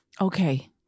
Okay